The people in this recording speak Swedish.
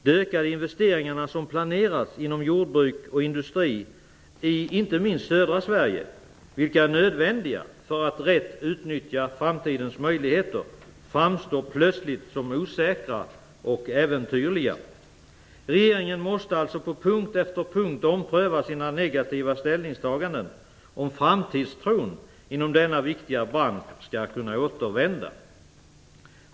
De ökade investeringar som planerats inom jordbruk och industri i inte minst södra Sverige, vilka är nödvändiga för att rätt utnyttja framtidens möjligheter, framstår plötsligt som osäkra och äventyrliga. Regeringen måste alltså på punkt efter punkt ompröva sina negativa ställningstaganden om framtidstron inom denna viktiga bransch skall kunna återvända.